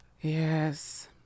Yes